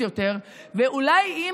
אינה